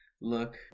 Look